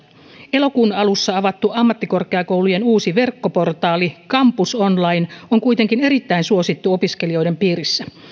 elokuun alussa avattu ammattikorkeakoulujen uusi verkkoportaali campus online on kuitenkin erittäin suosittu opiskelijoiden piirissä siellä toisesta